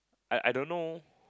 I I don't know